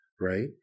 right